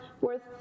worth